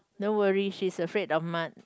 don't worry she's afraid of mud